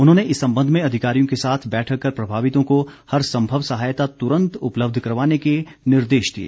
उन्होंने इस संबंध में अधिकारियों के साथ बैठक कर प्रभावितों को हर संभव सहायता तुरंत उपलब्ध करवाने के निर्देश दिए